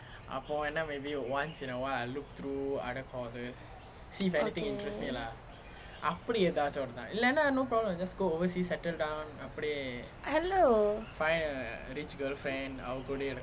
okay hello